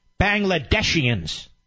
Bangladeshians